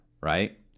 right